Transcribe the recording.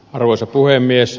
arvoisa puhemies